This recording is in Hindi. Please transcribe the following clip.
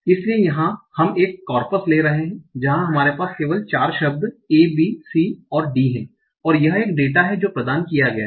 इसलिए यहाँ हम एक कॉर्पस ले रहे हैं जहाँ हमारे पास केवल चार शब्द a b c और d हैं और यह एक डेटा है जो प्रदान किया गया है